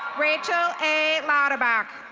rachel a lauderbach.